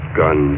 gun